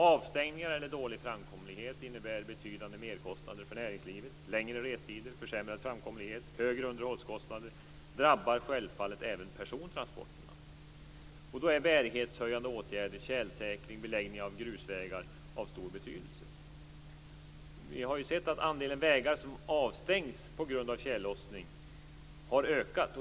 Avstängningar eller dålig framkomlighet innebär betydande merkostnader för näringslivet. Och längre restider, försämrad framkomlighet och högre underhållskostnader drabbar självfallet även persontransporterna. Då är bärighetshöjande åtgärder, tjälsäkring och beläggning av grusvägar, av stor betydelse. Vi har ju sett att andelen vägar som avstängs på grund av tjällossning har ökat.